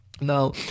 Now